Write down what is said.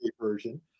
version